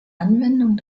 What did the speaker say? anwendung